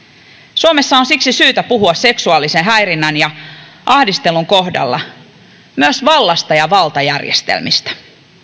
suomessa on siksi syytä puhua seksuaalisen häirinnän ja ahdistelun kohdalla myös vallasta ja valtajärjestelmistä